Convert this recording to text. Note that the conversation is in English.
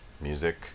music